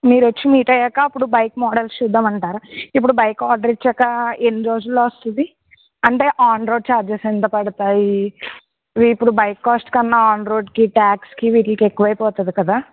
మీరు వచ్చి మీటయ్యాక అప్పుడు బైక్ మోడల్స్ చూద్దామంటారా ఇప్పుడు బైక్ ఆర్డర్ ఇచ్చాక ఎన్ని రోజుల్లో వస్తుంది అంటే ఆన్ రోడ్ చార్జెస్ ఎంత పడతాయి ఇప్పుడు బైక్ కాస్ట్ కన్నా ఆన్ రోడ్స్కి టాక్స్కి వీటికి ఎక్కువైపోతుంది కదా